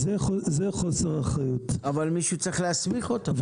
אבל מישהו צריך להסמיך אותו.